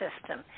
system